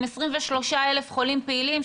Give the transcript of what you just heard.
עם 23,000 חולים פעילים,